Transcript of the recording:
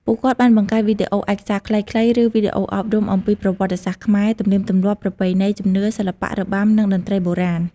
ពួកគាត់បានបង្កើតវីដេអូឯកសារខ្លីៗ ឬវីដេអូអប់រំអំពីប្រវត្តិសាស្ត្រខ្មែរ ទំនៀមទម្លាប់ ប្រពៃណី ជំនឿ សិល្បៈ របាំ និងតន្ត្រីបុរាណ។